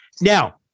Now